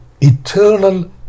eternal